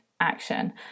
action